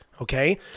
Okay